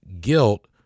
guilt